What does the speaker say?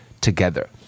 together